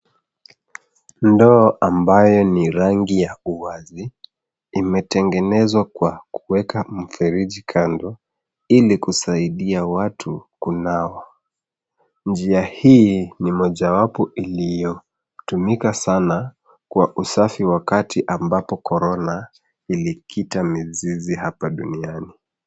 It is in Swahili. Ndoo ambayo ni rangi ya uwazi, imetengenezwa kwa kuweka mfereji kando ili kusaidia watu kunawa. Njia hii ni mojawapo iliyotumika sana kwa usafi wakati ambapo Corona ilikita mizizi hapa duniani.